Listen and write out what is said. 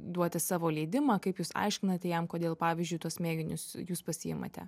duoti savo leidimą kaip jūs aiškinate jam kodėl pavyzdžiui tuos mėginius jūs pasiimate